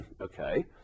okay